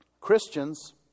Christians